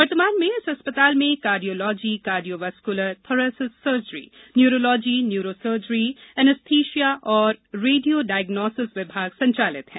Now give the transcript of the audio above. वर्तमान में इस अस्पताल में cardiology cardio vascular thoracic surgery neurology neuro surgery anaesthesia तथा रेडियो डायग्नोसिस विभाग संचालित हैं